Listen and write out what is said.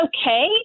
okay